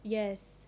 yes